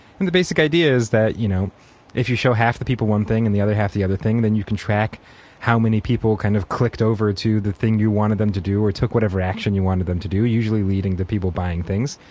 and the basic idea is that you know if you show half the people one thing and the other half the other thing, then you can track how many people kind of clicked over to the thing you wanted them to do, or took whatever action you wanted to do, usually leading to people buying things.